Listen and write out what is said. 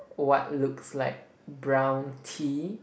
what looks like brown tea